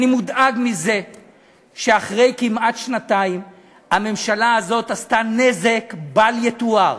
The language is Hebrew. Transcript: אני מודאג מזה שאחרי כמעט שנתיים הממשלה הזאת עשתה נזק בל-יתואר,